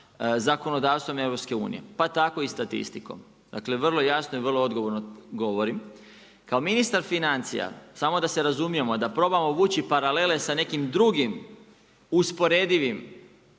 zakonodavstvom EU pa tako i statistikom, dakle vrlo jasno i vrlo odgovorno govorim. Kao ministar financija samo da se razumijemo, da probamo vući paralele sa nekim drugim usporedivim,